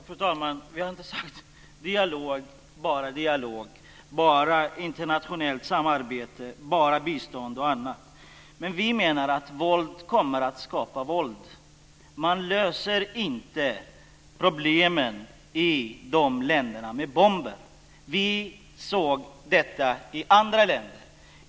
Fru talman! Vi har inte talat om bara dialog, bara internationellt samarbete, bara bistånd osv. Men vi menar att våld kommer att skapa våld. Man löser inte problemen i de här länderna med bomber. Vi har sett detta i andra länder.